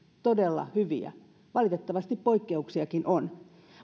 todella hyviä valitettavasti poikkeuksiakin on